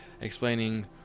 explaining